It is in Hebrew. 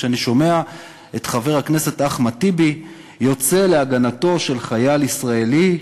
כשאני שומע את חבר הכנסת אחמד טיבי יוצא להגנתו של חייל ישראלי,